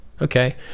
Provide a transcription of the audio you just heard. Okay